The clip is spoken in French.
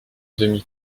demi